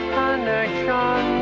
connection